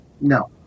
No